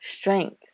strength